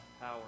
power